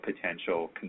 potential